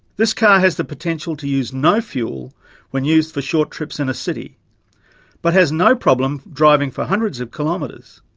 this car has the potential to use no fuel when used for short trips in a city but has no problem driving for hundreds of kilometres.